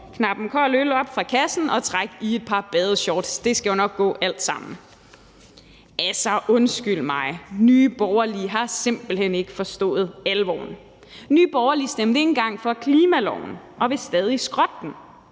knappe en kold øl op fra kassen og trække i et par badeshorts, for det skal jo nok gå alt sammen. Altså, undskyld mig, Nye Borgerlige har simpelt hen ikke forstået alvoren. Nye Borgerlige stemte ikke engang for klimaloven og vil stadig skrotte den.